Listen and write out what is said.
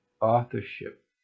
authorship